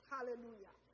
Hallelujah